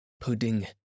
pudding